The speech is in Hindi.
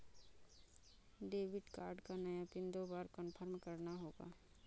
डेबिट कार्ड का नया पिन दो बार कन्फर्म करना होगा